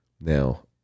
Now